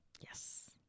Yes